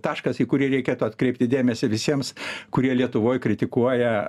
taškas į kurį reikėtų atkreipti dėmesį visiems kurie lietuvoj kritikuoja